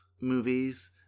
movies